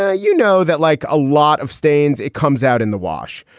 ah you know that like a lot of stains, it comes out in the wash.